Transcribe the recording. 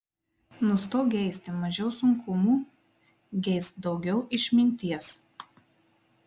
nustok geisti mažiau sunkumų geisk daugiau išminties